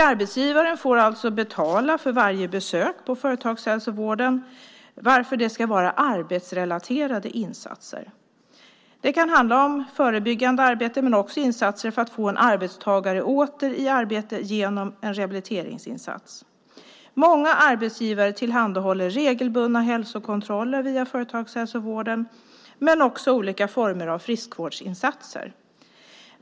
Arbetsgivaren får alltså betala för varje besök på företagshälsovården, varför det ska vara arbetsrelaterade insatser. Det kan handla om förebyggande insatser men också om insatser för att få arbetstagare åter i arbete genom en rehabiliteringsinsats. Många arbetsgivare tillhandahåller regelbundna hälsokontroller via företagshälsovården men också olika former av friskvårdsinsatser.